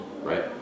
right